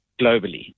globally